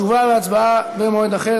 תשובה והצבעה במועד אחר.